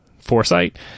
foresight